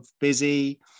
busy